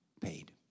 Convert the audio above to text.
paid